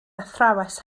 athrawes